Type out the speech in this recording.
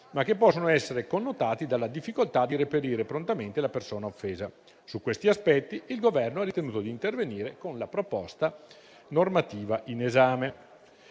ma che possono essere connotati dalla difficoltà di reperire prontamente la persona offesa. Su questi aspetti il Governo ha ritenuto di intervenire con la proposta normativa in esame.